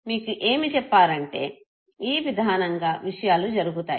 మీకు ఏమి చెప్పారంటే ఈ విధానంగా విషయాలు జరుగుతాయి